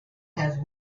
has